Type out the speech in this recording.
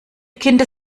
kinder